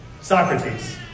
Socrates